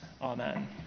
Amen